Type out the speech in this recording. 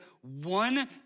one